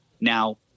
Now